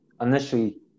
Initially